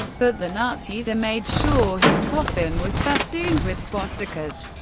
but the nazis ah made sure his coffin was festooned with swastikas.